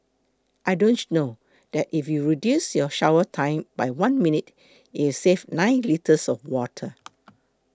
I don't know that if you reduce your shower time by one minute it save nine litres of water